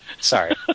sorry